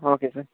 okay sir